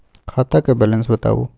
खाता के बैलेंस बताबू?